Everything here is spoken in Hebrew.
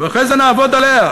ואחרי זה נעבוד עליה,